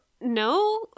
no